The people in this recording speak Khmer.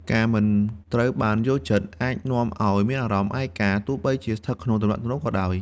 ការមិនត្រូវបានយល់ចិត្ត អាចនាំឲ្យមានអារម្មណ៍ឯកា ទោះបីជាស្ថិតក្នុងទំនាក់ទំនងក៏ដោយ។